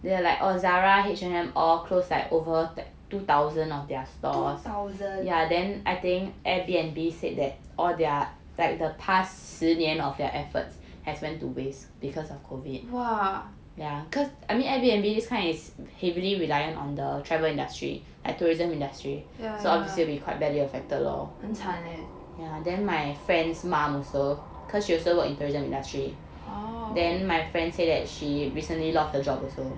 two thousand !wah! yeah yeah 很惨 leh oh